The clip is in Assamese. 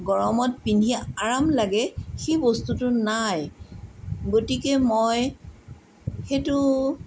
গৰমত পিন্ধি আৰাম লাগে সেই বস্তুটো নাই গতিকে মই সেইটো